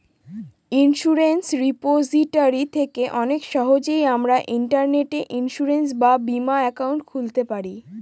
insurance repository থেকে অনেক সহজেই আমরা ইন্টারনেটে ইন্সুরেন্স বা বীমা একাউন্ট খুলতে পারি